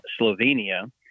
Slovenia